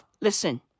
listen